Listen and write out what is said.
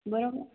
બરોબર